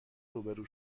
روبرو